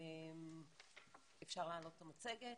(מצגת).